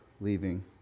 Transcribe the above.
leaving